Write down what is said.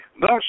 Thus